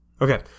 Okay